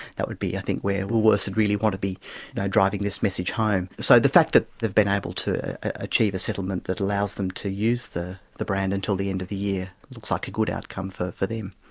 that would be i think where woolworths would really want to be driving this message home. so the fact that they've been able to achieve a settlement that allows them to use the the brand until the end of the year, looks like a good outcome for for them.